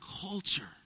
culture